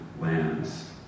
lands